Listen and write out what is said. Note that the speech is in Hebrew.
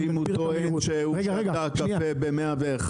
ואם הוא טוען שהוא שתה קפה ב-101,